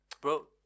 Bro